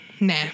nah